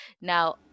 now